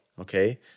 Okay